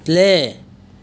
play